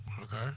Okay